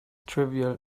trivial